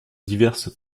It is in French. diverses